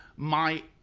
my,